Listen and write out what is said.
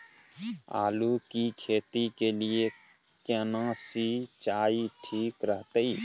आलू की खेती के लिये केना सी सिंचाई ठीक रहतै?